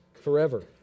forever